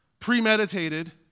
premeditated